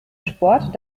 sport